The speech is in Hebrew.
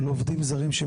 אדוני, זאת לא החלטה שלי.